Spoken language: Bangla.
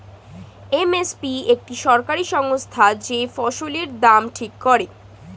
এম এস পি একটি সরকারি সংস্থা যে ফসলের দাম ঠিক করে